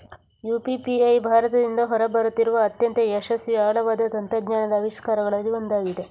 UPI ಭಾರತದಿಂದ ಹೊರ ಬರುತ್ತಿರುವ ಅತ್ಯಂತ ಯಶಸ್ವಿ ಆಳವಾದ ತಂತ್ರಜ್ಞಾನದ ಆವಿಷ್ಕಾರಗಳಲ್ಲಿ ಒಂದಾಗಿದೆ